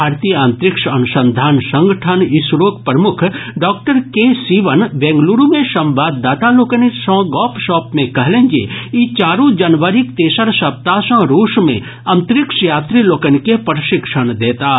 भारतीय अंतरिक्ष अनुसंधान संगठन इसरोक प्रमुख डॉक्टर के सिवन बेंगलुरू मे संवाददाता लोकनि सँ गप शप मे कहलनि जे ई चारू जनवरीक तेसर सप्ताह सँ रूस मे अंतरिक्ष यात्री लोकनि के प्रशिक्षण देताह